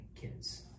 kids